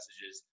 messages